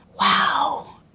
wow